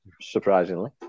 surprisingly